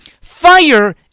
fire